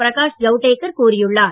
பிரகாஷ் ஜவடேகர் கூறியுள்ளார்